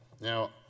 Now